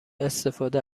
استفاده